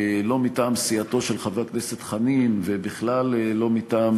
לא מטעם סיעתו של חבר הכנסת חנין ובכלל לא מטעם